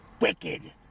Wicked